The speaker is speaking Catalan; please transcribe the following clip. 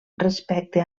respecte